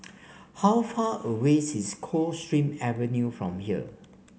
how far away's is Coldstream Avenue from here